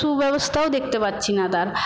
সুব্যবস্থাও দেখতে পাচ্ছি না তার